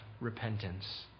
repentance